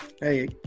hey